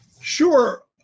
Sure